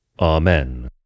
Amen